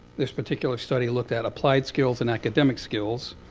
this particular study looked at applied skills and academic skills.